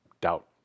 Doubt